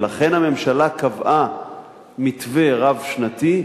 לכן הממשלה קבעה מתווה רב-שנתי,